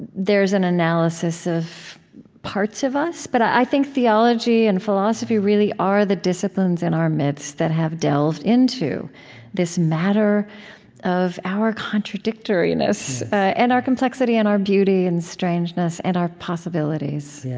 there's an analysis of parts of us. but i think theology and philosophy really are the disciplines in our midst that have delved into this matter of our contradictoriness, and our complexity, and our beauty, and strangeness, and our possibilities.